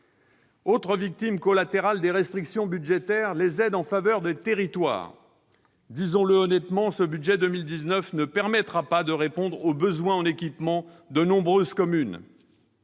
Autre victime collatérale des restrictions budgétaires, les aides en faveur des territoires. Disons-le honnêtement, ce budget pour 2019 ne permettra pas de répondre aux besoins en équipements de nombreuses communes.